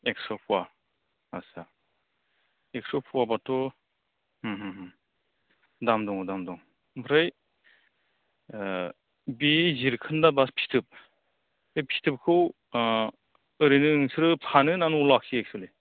एक्स' पवा आदसा एक्स' पवा बाथ' हम हम हम दाम दङदाम दं आमफ्राय ओह बे जिरखोन्दा बास फिथोब बे फिथोबखौ ओह ओरैनो नोंसोरो फानो ना न'वाव लाखियो एकसुलि